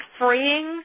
freeing